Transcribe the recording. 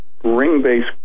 ring-based